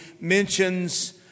mentions